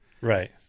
Right